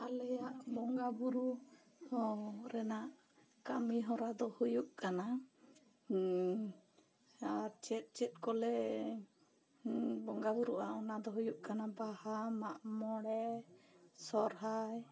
ᱟᱞᱮ ᱭᱟᱜ ᱵᱚᱸᱜᱟ ᱵᱳᱨᱳ ᱦᱚᱸ ᱨᱮᱱᱟᱜ ᱠᱟᱹᱢᱤ ᱦᱚᱨᱟ ᱫᱚ ᱦᱩᱭᱩᱜ ᱠᱟᱱᱟ ᱟᱨ ᱪᱮᱫᱽ ᱪᱮᱫᱽ ᱠᱚᱞᱮ ᱵᱚᱸᱜᱟ ᱵᱳᱨᱳᱜᱼᱟ ᱚᱱᱟ ᱫᱚ ᱦᱩᱭᱩᱜ ᱠᱟᱱᱟ ᱵᱟᱦᱟ ᱢᱟᱜ ᱢᱚᱬᱮ ᱥᱚᱨᱦᱟᱭ